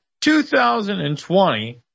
2020